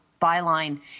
byline